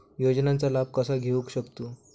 योजनांचा लाभ कसा घेऊ शकतू?